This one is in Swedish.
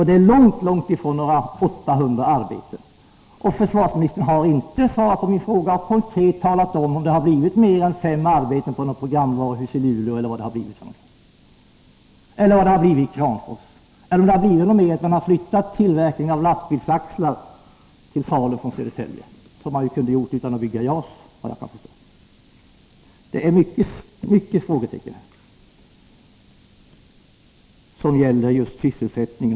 Det är långt ifrån några 800 arbeten. Försvarsministern har inte svarat på min fråga och konkret talat om om det har blivit mer än fem arbeten på något programvaruhus i Luleå, om det har blivit flera arbeten i Kramfors eller om det har blivit flera arbeten när man har flyttat tillverkningen av lastbilsaxlar från Södertälje till Falun — vilket man ju kunde ha gjort utan att bygga JAS. Det är många frågetecken som gäller just sysselsättningen.